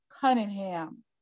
Cunningham